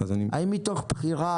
אם מתוך בחירה,